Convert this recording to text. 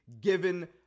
given